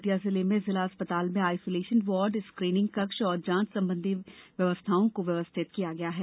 दतिया जिले में जिला अस्पताल में आइसोलेशन वार्ड स्क्रीनिंग कक्ष और जाँच संबंधी व्यवस्थाओं को व्यवस्थित किया गया है